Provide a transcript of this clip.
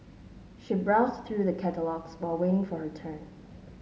she browsed through the catalogues while waiting for her turn